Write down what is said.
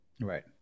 Right